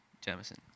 Jamison